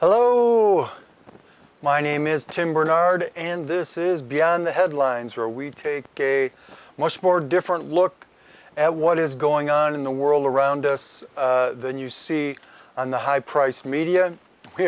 hello my name is tim bernard and this is beyond the headlines where we take a much more different look at what is going on in the world around us than you see on the high priced media and we